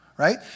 Right